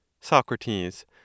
Socrates